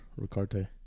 Ricarte